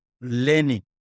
learning